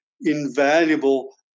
invaluable